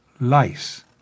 lice